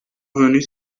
revenez